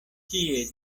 kie